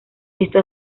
esto